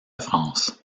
france